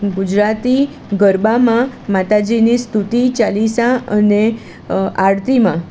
ગુજરાતી ગરબામાં માતાજીની સ્તુતિ ચાલીસા અને આરતીમાં